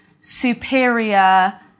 superior